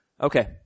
Okay